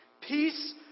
Peace